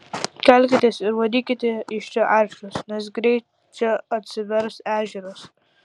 kelkitės ir varykite iš čia arklius nes greit čia atsivers ežeras